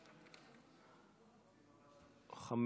5,